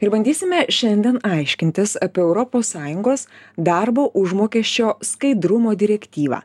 ir bandysime šiandien aiškintis apie europos sąjungos darbo užmokesčio skaidrumo direktyvą